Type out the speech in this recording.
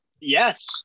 Yes